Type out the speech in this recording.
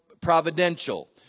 providential